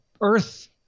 Earth